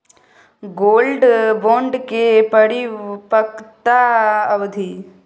Gold bond के परिपक्वता अवधि?